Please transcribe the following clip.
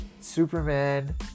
superman